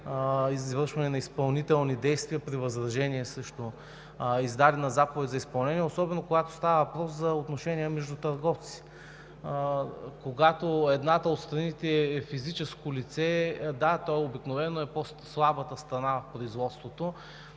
извършване на изпълнителни действия при възражения срещу издадена заповед за изпълнение, особено когато става въпрос за отношения между търговци. Когато едната от страните е физическо лице – да, то обикновено е по-слабата страна в производството,